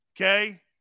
okay